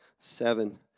Seven